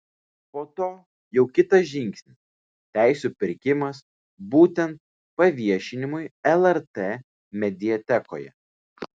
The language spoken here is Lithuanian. po to jau kitas žingsnis teisių pirkimas būtent paviešinimui lrt mediatekoje